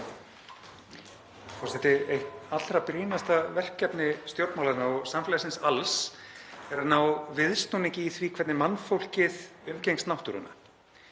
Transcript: Eitt allra brýnasta verkefni stjórnmálanna og samfélagsins alls er að ná viðsnúningi í því hvernig mannfólkið umgengst náttúruna.